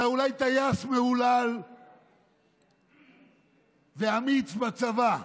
אתה אולי טייס מהולל ואמיץ בצבא,